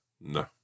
no